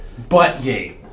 Buttgate